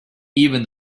even